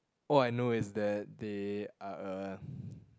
all I know is that they are a